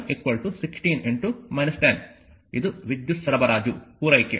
ಆದ್ದರಿಂದ p1 16 10 ಇದು ವಿದ್ಯುತ್ ಸರಬರಾಜು ಪೂರೈಕೆ